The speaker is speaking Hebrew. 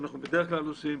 לא בכל דבר אנחנו מסכימים,